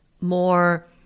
more